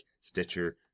Stitcher